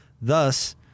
thus